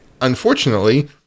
unfortunately